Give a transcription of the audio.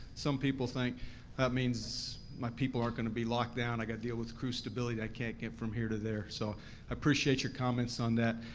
some people think means my people aren't going to be locked down, i gotta deal with crew stability that can't get from here to there. so i appreciate your comments on that.